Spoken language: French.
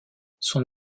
son